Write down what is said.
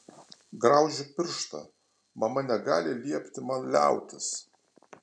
graužiu pirštą mama negali liepti man liautis